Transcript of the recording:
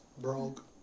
Broke